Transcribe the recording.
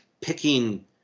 picking